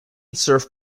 surf